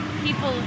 people